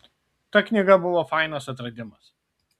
ta knyga buvo fainas atradimas